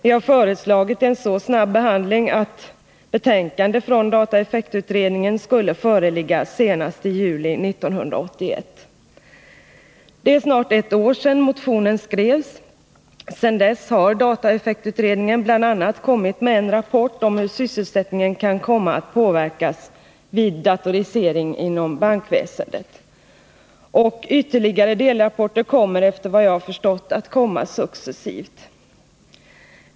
Vi har föreslagit en så snabb behandling att betänkandet från dataeffektutredningen skulle föreligga senast i juli 1981. Det är snart ett år sedan motionen skrevs. Sedan dess har dataeffektutredningen bl.a. lagt fram en rapport om hur sysselsättningen kan komma att påverkas vid datorisering inom bankväsendet. Ytterligare delrapporter kommer efter vad jag förstått att utges successivt.